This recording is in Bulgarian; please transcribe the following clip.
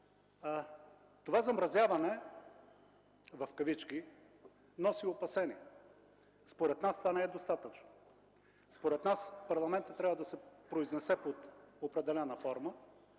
Това „замразяване” носи опасения. Според нас това не е достатъчно. Според нас парламентът трябва да се произнесе под определена форма,